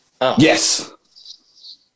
Yes